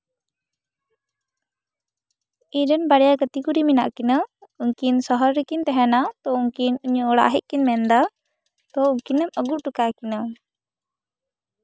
ᱤᱧ ᱨᱮᱱ ᱵᱟᱨᱭᱟ ᱜᱟᱛᱮ ᱠᱩᱲᱤ ᱢᱮᱱᱟᱜ ᱠᱤᱱᱟᱹ ᱩᱱᱠᱤᱱ ᱥᱚᱦᱚᱨ ᱨᱮᱠᱤᱱ ᱛᱟᱦᱮᱱᱟ ᱛᱚ ᱩᱱᱠᱤᱱ ᱤᱧᱟᱹᱜ ᱚᱲᱟᱜ ᱦᱮᱡ ᱠᱤᱱ ᱢᱮᱱᱫᱟ ᱛᱚ ᱩᱱᱠᱤᱱᱮᱢ ᱟ ᱜᱩ ᱦᱚᱴᱚ ᱠᱟᱠᱤᱱᱟ